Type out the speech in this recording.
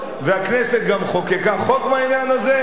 והכנסת גם חוקקה חוק בעניין הזה,